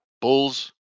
Bulls